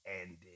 ended